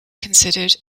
considered